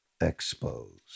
expose